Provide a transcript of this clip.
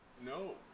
no